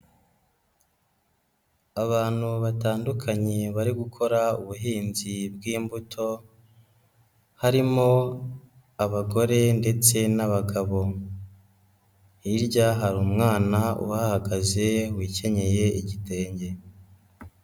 Abantu batandukanye bari gukora ubuhinzi bw'imbuto, harimo abagore ndetse n'abagabo, hirya hari umwana uhahagaze wikenyeye igitenge.